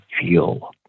feel